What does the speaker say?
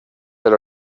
del